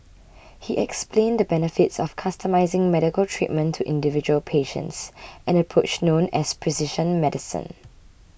he explained the benefits of customising medical treatment to individual patients an approach known as precision medicine